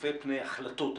צופה פני החלטות עתיד.